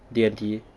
D&T